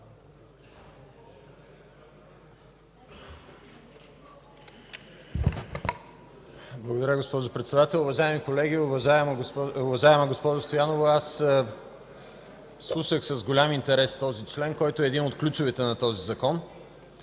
Благодаря, госпожо Председател. Уважаеми колеги, уважаема госпожо Стоянова! Аз слушах с голям интерес този член, който е един от ключовите на този закон.